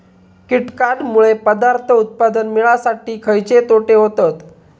कीटकांनमुळे पदार्थ उत्पादन मिळासाठी खयचे तोटे होतत?